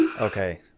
Okay